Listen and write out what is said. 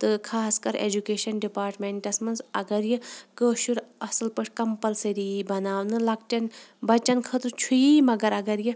تہٕ خاص کر ایجوٗکیشن ڈِپارٹِمینٹَس منٛز اَگر یہِ کٲشُر اَصٕل پٲٹھۍ کَمپَلسٔری یہِ بَناونہٕ بَچن خٲطرٕ چھُ یہِ مَگر اَگر یہِ